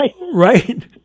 Right